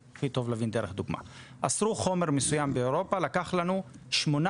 אסרו חומר באירופה ולקח לנו שמונה